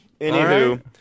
Anywho